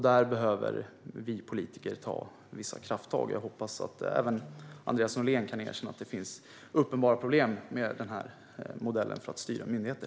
Där behöver vi politiker ta vissa krafttag, och jag hoppas att även Andreas Norlén kan erkänna att det finns uppenbara problem med den modellen för att styra myndigheter.